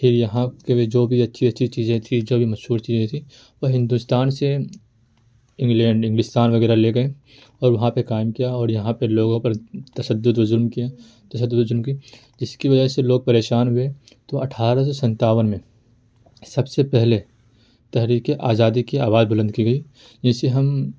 پھر یہاں کے بھی جو بھی اچھی اچھی چیزیں تھی جو مشہور چیزیں تھیں وہ ہندوستان سے انگلینڈ انگلستان وغیرہ لے گئے اور وہاں پہ قائم کیا اور یہاں پہ لوگوں پر تشدد و ظلم کیا تشدد و ظلم کی جس کی وجہ سے لوگ پریشان ہوئے تو اٹھارہ سو ستاون میں سب سے پہلے تحریک آزادی کی آواز بلند کی گئی جسے ہم